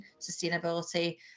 sustainability